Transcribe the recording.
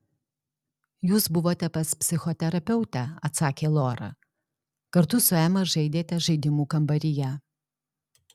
jūs buvote pas psichoterapeutę atsakė lora kartu su ema žaidėte žaidimų kambaryje